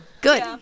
Good